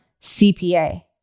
CPA